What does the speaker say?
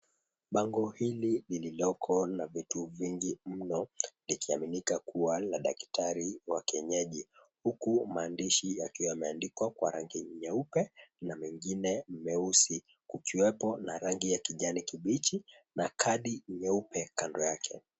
Bango hili lililoko la vitu mingi mno likiaminika kuwa wa daktari wa kienyeji huku maandishi yakiwa yameandikwa kwa rangi nyeupe na mengine meusi kukiwepo na rangi ya kijani kibichi na kadi nyeupe kando yake.